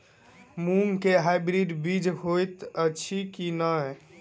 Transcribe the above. मूँग केँ हाइब्रिड बीज हएत अछि की नै?